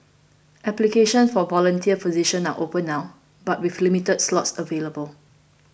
applications for volunteer positions are open now but with limited slots available